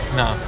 no